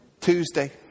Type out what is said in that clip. Tuesday